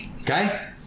okay